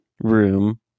room